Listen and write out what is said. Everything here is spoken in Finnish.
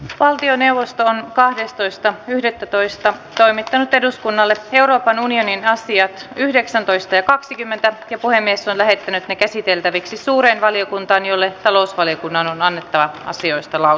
valtioneuvosto on kahdestoista yhdettätoista toimittanut eduskunnalle euroopan unionin astia yhdeksäntoista ja kaksikymmentä ja puhemies on lähettänyt ne käsiteltäviksi suureen valiokuntaan jolle talousvaliokunnan on annettava asioista